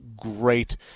great